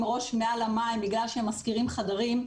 ראש מעל למים בגלל שהם משכירים חדרים,